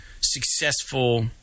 successful